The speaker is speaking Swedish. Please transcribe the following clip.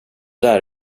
där